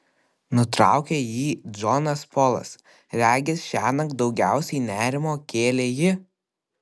nutraukė jį džonas polas regis šiąnakt daugiausiai nerimo kėlė ji